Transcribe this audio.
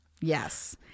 Yes